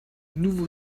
nouveau